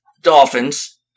Dolphins